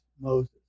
Moses